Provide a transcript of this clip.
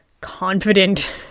confident